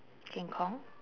king kong